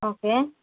okay